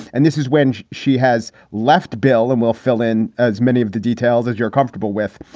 and this is when she has left bill. and we'll fill in as many of the details as you're comfortable with.